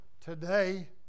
today